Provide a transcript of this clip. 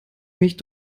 mich